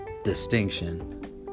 Distinction